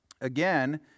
Again